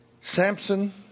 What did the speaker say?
Samson